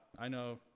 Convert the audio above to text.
i know,